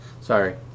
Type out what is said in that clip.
Sorry